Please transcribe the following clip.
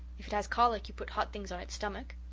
if it has colic, you put hot things ah its stomach,